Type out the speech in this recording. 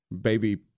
Baby